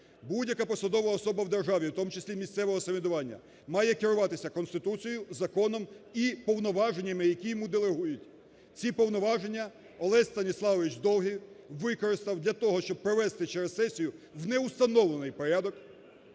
Будь-яка посадова особа в державі, в тому числі місцевого самоврядування, має керуватися Конституцією, законом і повноваженнями, які йому делегують. Ці повноваження Олесь Станіславович Довгий використав для того, щоб провести через сесію, в не установлений порядок,